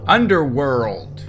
Underworld